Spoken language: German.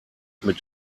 mit